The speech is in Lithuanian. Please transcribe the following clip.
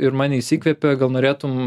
ir mane jis įkvepia gal norėtum